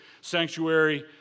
sanctuary